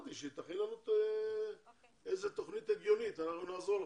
לנו תוכנית הגיונית ואנחנו נעזור לכם.